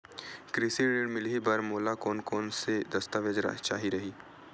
कृषि ऋण मिलही बर मोला कोन कोन स दस्तावेज चाही रही?